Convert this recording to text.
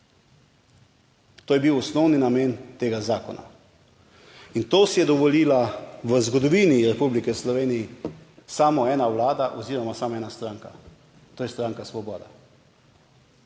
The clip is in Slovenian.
To je bil osnovni namen tega zakona in to si je dovolila v zgodovini Republike Slovenije samo ena vlada oziroma samo ena stranka, to je stranka Svoboda.